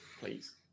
Please